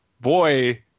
Boy